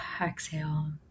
exhale